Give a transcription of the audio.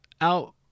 out